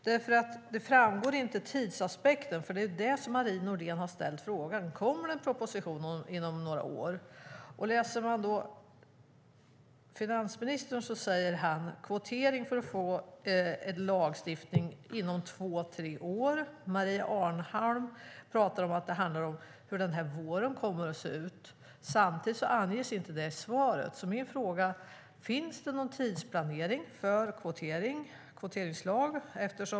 Tidsaspekten framgår inte, men det är det som Marie Nordén har frågat om: Kommer det någon proposition inom några år? Finansministern pratar om kvotering och en lagstiftning inom två tre år. Maria Arnholm pratar om att det handlar om hur den här våren kommer att se ut. Men det anges inte i svaret. Min fråga är: Finns det någon tidsplanering för en kvoteringslag?